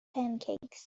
pancakes